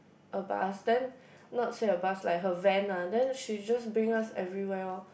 a bus then not say a bus like her Van lah then she just bring us everywhere lor